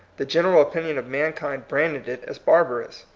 the general opinion of mankind branded it as barbarous.